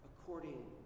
according